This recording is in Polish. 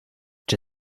czy